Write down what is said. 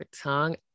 tongue